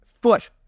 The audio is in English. foot